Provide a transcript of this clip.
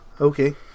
Okay